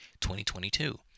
2022